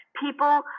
people